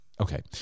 Okay